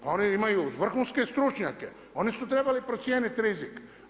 Pa oni imaju vrhunske stručnjake, oni su trebali procijeniti rizik.